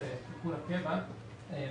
אני